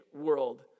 world